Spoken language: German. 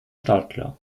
startklar